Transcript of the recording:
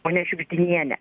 ponia šiugždiniene